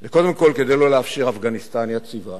זה קודם כול כדי לא לאפשר אפגניסטן יציבה,